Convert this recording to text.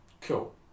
Cool